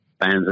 fans